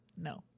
No